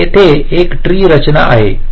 तर तेथे एक ट्री रचना आहे